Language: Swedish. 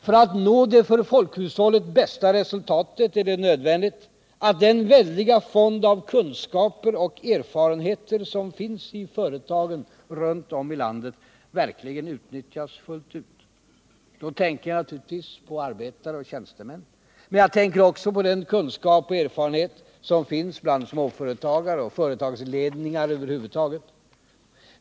För att nå det för folkhushållet bästa resultatet är det nödvändigt att den väldiga fond av kunskaper och erfarenheter som finns i företagen runt om i landet verkligen utnyttjas fullt ut. Då tänker jag naturligtvis på arbetare och tjänstemän. Men jag tänker också på den kunskap och erfarenhet som finns bland småföretagare och företagsledningar över huvud taget.